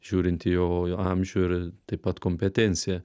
žiūrint į jo amžių ir taip pat kompetenciją